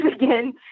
again